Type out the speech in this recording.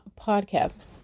podcast